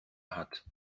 hat